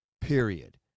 Period